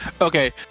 Okay